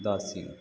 दास्यन्तु